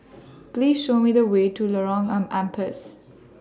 Please Show Me The Way to Lorong An Ampas